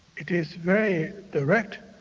it is very direct,